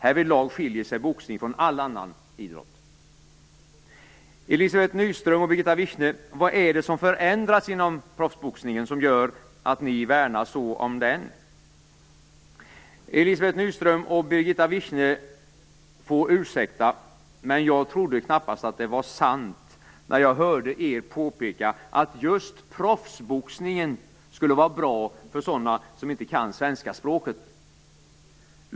Härvidlag skiljer sig boxning från all annan idrott. Elizabeth Nyström och Birgitta Wichne, vad är det som förändrats inom proffsboxningen som gör att ni värnar så om den? Elizabeth Nyström och Birgitta Wichne får ursäkta, men jag trodde knappast att det var sant när jag hörde er påpeka att just proffsboxning skulle vara bra för sådana som inte kan svenska språket.